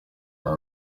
aba